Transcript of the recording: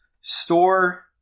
store